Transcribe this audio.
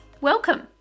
Welcome